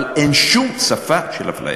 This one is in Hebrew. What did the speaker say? אבל אין שפה של אפליה.